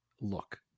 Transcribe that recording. look